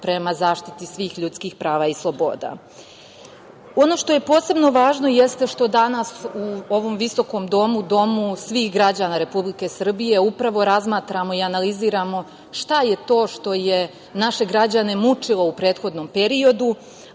prema zaštiti svih ljudskih prava i sloboda. Ono što je posebno važno jeste što danas u ovom visokom domu, domu svih građana Republike Srbije upravo razmatramo i analiziramo šta je to što je naše građane mučilo u prethodnom periodu,